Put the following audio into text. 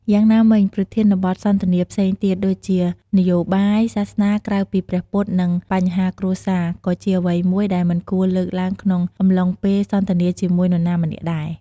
យ៉ាងណាមិញ ប្រធានបទសន្ទនាផ្សេងទៀត ដូចជា នយោបាយ សាសនាក្រៅពីព្រះពុទ្ធ និង បញ្ហាគ្រួសារ ក៏ជាអ្វីមួយដែលមិនគួរលើកឡើងក្នុងអំឡុងពេលសន្ទនាជាមួយនរណាម្នាក់ដែរ។